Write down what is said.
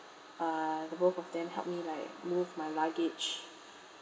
uh the both of them helped me like move my luggage